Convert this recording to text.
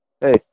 Hey